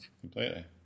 Completely